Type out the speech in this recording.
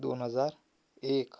दोन हजार एक